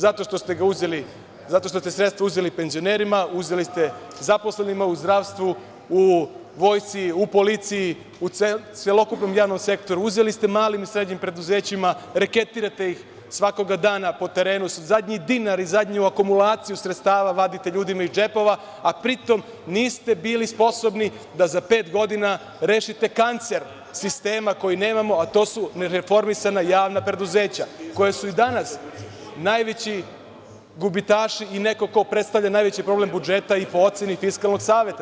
Zato što ste sredstva uzeli penzionerima, uzeli ste zaposlenima u zdravstvu, u vojsci, u policiji, u celokupnom javnom sektoru, uzeli ste mali i srednjim preduzećima, reketirate ih svakog dana po terenu, zadnji dinar i zadnju akumulaciju sredstava vadite ljudima iz džepova a pri tom, niste bili sposobni da za pet godina rešite kancer sistema koji nemamo a to su nereformisana javna preduzeća koja su i danas najveći gubitaši i neko ko predstavlja najveći problem budžeta i po oceni Fiskalnog saveta.